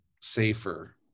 safer